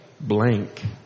blank